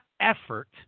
effort